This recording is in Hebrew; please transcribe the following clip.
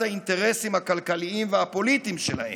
האינטרסים הכלכליים והפוליטיים שלהם.